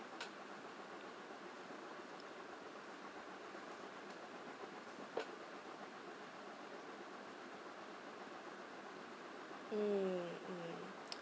mm mm